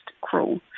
Cruel